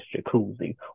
jacuzzi